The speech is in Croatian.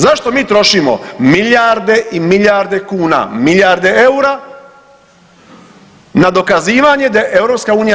Zašto mi trošimo milijarde i milijarde kuna, milijarde eura na dokazivanje da je EU sjajna?